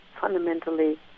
fundamentally